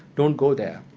don't go there,